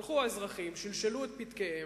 הלכו האזרחים, שלשלו את פתקיהם,